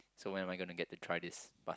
so when am I gonna get to try this